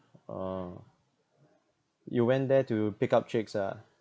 orh you went there to pick up chicks ah